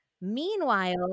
Meanwhile